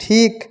ঠিক